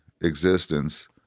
existence